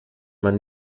man